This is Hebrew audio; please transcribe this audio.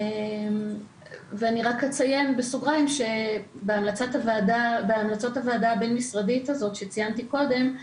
אני רק אציין בסוגריים שבהמלצות הוועדה הבין משרדית שציינתי קודם,